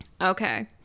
Okay